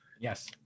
Yes